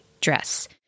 dress